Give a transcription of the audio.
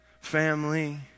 family